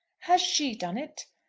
has she done it?